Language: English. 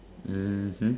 mmhmm